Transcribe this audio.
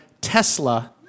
Tesla